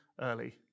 early